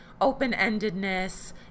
open-endedness